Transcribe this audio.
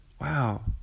Wow